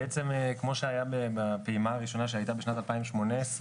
בעצם כמו שהיה בפעימה הראשונה שהייתה בשנת 2018,